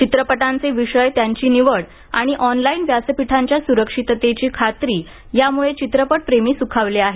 चित्रपटांचे विषय त्यांची निवड आणि ऑनलाइन व्यासपीठाच्या सुरक्षिततेची खातरी यामुळे चित्रपटप्रेमी सुखावले आहेत